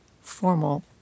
formal